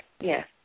Yes